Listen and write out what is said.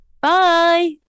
Bye